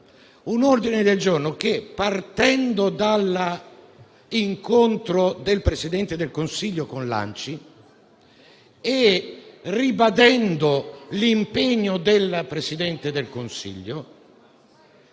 un ordine del giorno che, partendo dall'incontro del Presidente del Consiglio con l'ANCI e ribadendo l'impegno, ivi da lui stesso assunto,